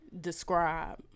describe